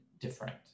different